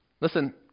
Listen